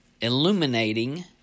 illuminating